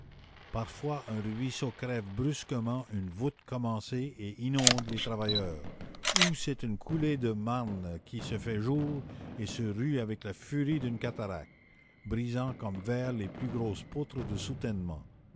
parfois un ruisseau crève brusquement une voûte commencée et inonde les travailleurs ou c'est une coulée de marne qui se fait jour et se rue avec la furie d'une cataracte brisant comme verre les plus grosses poutres de soutènement